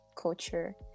culture